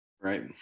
Right